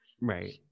right